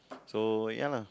so ya lah